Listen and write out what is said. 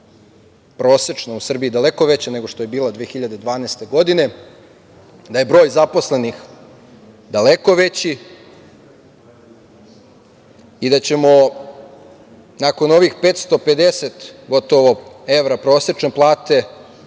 da je plata prosečna u Srbiji daleko veća nego što je bila 2012. godine, da je broj zaposlenih daleko veći i da ćemo nakon ovih 550 gotovo evra prosečne plate